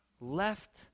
left